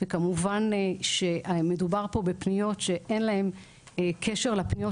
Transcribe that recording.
וכמובן שהמדובר פה בפניות שאין להן קשר לפניות